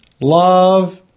love